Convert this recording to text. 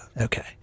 Okay